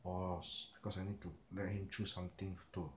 boss because I need to let him choose something to